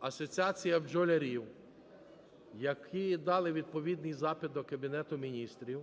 Асоціація бджолярів, які дали відповідний запит до Кабінету Міністрів,